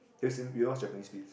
have you seen you know what is Japanese